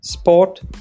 Sport